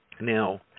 Now